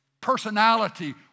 personality